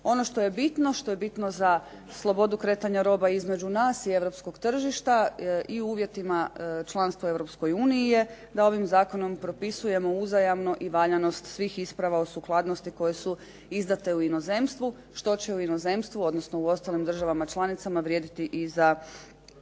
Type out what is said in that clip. bitno, što je bitno za slobodu kretanja roba između nas i europskog tržišta i u uvjetima članstva u Europskoj uniji je da ovim zakonom propisujemo uzajamno i valjanost svih isprava o sukladnosti koje su izdate u inozemstvu što će u inozemstvu odnosno u ostalim državama članicama vrijediti i za